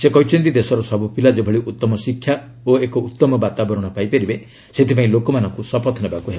ସେ କହିଛନ୍ତି ଦେଶର ସବୁ ପିଲା ଯେଭଳି ଉତ୍ତମ ଶିକ୍ଷା ଓ ଏକ ଉତ୍ତମ ବାତାବରଣ ପାଇପାରିବେ ସେଥିପାଇଁ ଲୋକମାନଙ୍କୁ ଶପଥ ନେବାକୁ ହେବ